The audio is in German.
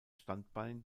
standbein